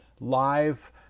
live